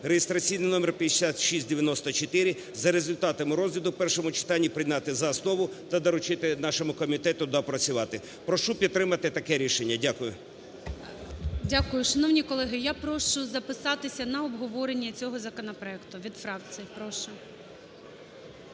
(реєстраційний номер 5694) за результатами розгляду в першому читанні прийняти за основу та доручити нашому комітету доопрацювати. Прошу підтримати таке рішення. Дякую. ГОЛОВУЮЧИЙ. Дякую. Шановні колеги, я прошу записатися на обговорення цього законопроекту від фракцій, прошу.